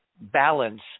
balance